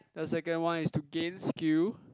the second one is to gain skill